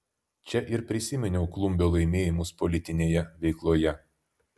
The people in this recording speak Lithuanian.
čia ir prisiminiau klumbio laimėjimus politinėje veikloje